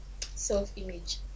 self-image